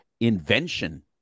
invention